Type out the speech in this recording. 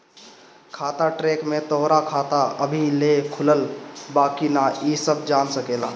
खाता ट्रैक में तोहरा खाता अबही ले खुलल बा की ना इ सब जान सकेला